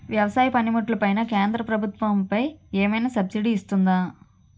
వ్యవసాయ పనిముట్లు పైన కేంద్రప్రభుత్వం ఏమైనా సబ్సిడీ ఇస్తుందా?